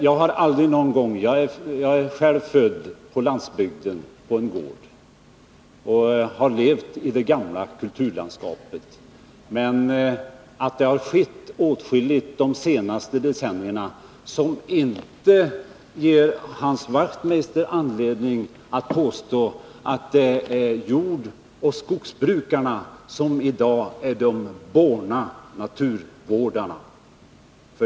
Jag är själv född på en gård på landsbygden och har växt upp i det gamla kulturlandskapet, men jag vill hävda att det har skett åtskilligt de senaste decennierna som inte ger Hans Wachtmeister anledning att påstå att det är jordbrukarna och skogsbrukarna som i alla avseenden i dag är de borna naturvårdarna.